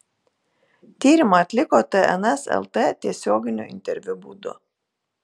tyrimą atliko tns lt tiesioginio interviu būdu